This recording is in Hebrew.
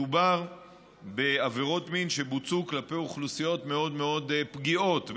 כשמדובר בעבירות מין שבוצעו כלפי אוכלוסיות מאוד מאוד פגיעות,